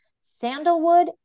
sandalwood